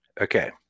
okay